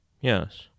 Yes